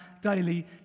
daily